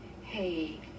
Hey